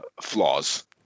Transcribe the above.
flaws